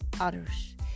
others